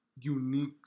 unique